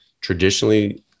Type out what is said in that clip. traditionally